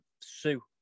Sue